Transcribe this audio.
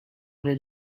did